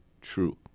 true